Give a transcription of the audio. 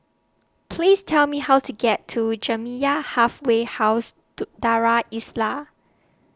Please Tell Me How to get to Jamiyah Halfway House Do Darul Islah